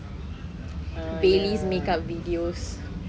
bailey's makeup videos